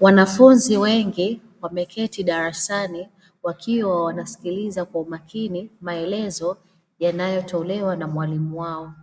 Wanafunzi wengi wameketi darasani wakiwa wanasikiliza kwa makini maelezo yanayotolewa na mwalimu wao,